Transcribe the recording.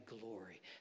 glory